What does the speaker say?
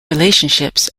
relationships